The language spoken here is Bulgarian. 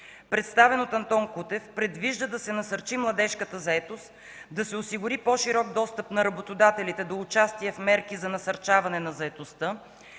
представен от Антон Кутев, предвижда да се насърчи младежката заетост, да се осигури по-широк достъп на работодателите до участие в мерки за насърчаване на заетостта